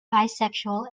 bisexual